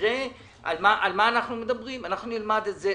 נלמד את זה.